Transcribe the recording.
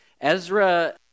Ezra